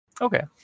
Okay